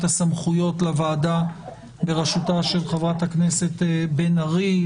הסמכויות לוועדה בראשותה של חברת הכנסת בן ארי,